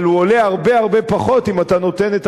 אבל הוא עולה הרבה הרבה פחות אם אתה נותן את